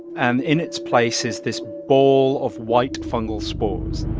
and in its place is this ball of white fungal spores.